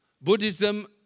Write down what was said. Buddhism